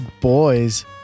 boys